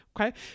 okay